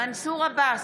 מנסור עבאס,